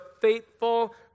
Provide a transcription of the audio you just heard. faithful